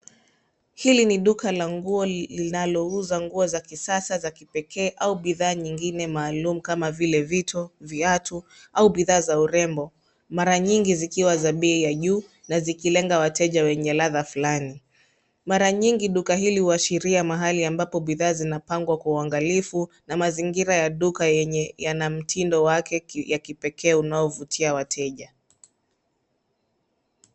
Hili ni duka la nguo linalouza nguo za kisasa za kipekee au bidhaa nyingine maalumu kama vile vito, viatu au bidhaa za urembo, mara nyigi zikiwa za bei ya juu na zikilenga wateja wenye ladha fulani. Mara nyingi duka hili huashiria mahali ambapo bidhaa zinapangwa kwa uangalifu na mazingira ya duka yenye yana mtindo wake ya kipekee unaovutia wateja.